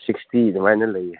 sixty ꯑꯗꯨꯃꯥꯏꯅ ꯂꯩꯌꯦ